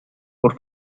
por